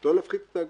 לא להפחית את האגרה,